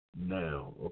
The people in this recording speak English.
now